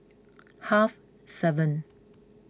half seven